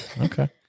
Okay